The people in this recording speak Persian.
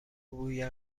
بوی